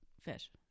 fish